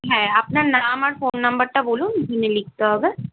হ্যাঁ আপনার নাম আপনার আর ফোন নাম্বারটা বলুন জিমে লিখতে হবে